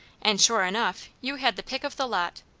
and sure enough you had the pick of the lot.